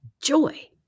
joy